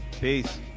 peace